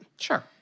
Sure